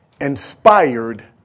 Inspired